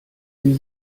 sie